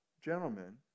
gentlemen